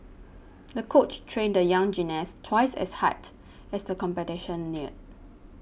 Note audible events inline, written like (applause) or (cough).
(noise) the coach trained the young gymnast twice as hard as the competition neared